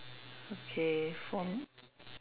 okay for